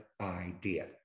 idea